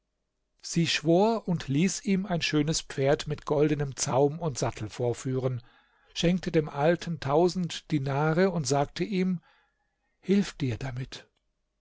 sie schwor und ließ ihm ein schönes pferd mit goldenem zaum und sattel vorführen schenkte dem alten tausend dinare und sagte ihm hilf dir damit